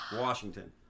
Washington